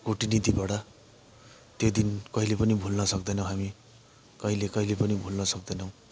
कुटनीतिबाट त्यो दिन कहिले पनि भुल्न सक्दैनौँ हामी कहिले कहिले पनि भुल्न सक्दैनौँ